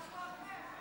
זה משהו אחר.